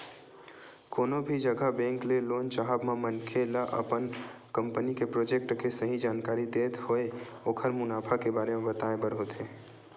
कोनो भी जघा बेंक ले लोन चाहब म मनखे ल अपन कंपनी के प्रोजेक्ट के सही जानकारी देत होय ओखर मुनाफा के बारे म बताय बर होथे